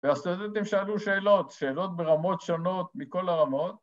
‫והסטודנטים שאלו שאלות, ‫שאלות ברמות שונות מכל הרמות.